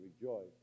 rejoice